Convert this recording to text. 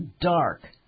dark